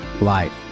life